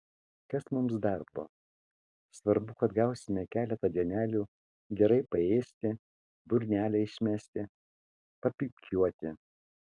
kas mums darbo svarbu kad gausime keletą dienelių gerai paėsti burnelę išmesti papypkiuoti